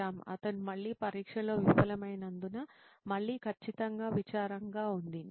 శ్యామ్ అతను మళ్ళీ పరీక్షలో విఫలమైనందున మళ్ళీ ఖచ్చితంగా విచారంగా ఉంది